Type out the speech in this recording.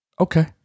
Okay